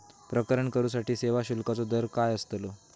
प्रकरण करूसाठी सेवा शुल्काचो दर काय अस्तलो?